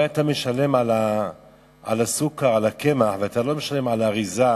הרי אתה משלם על הסוכר ועל הקמח ואתה לא משלם על האריזה,